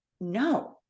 No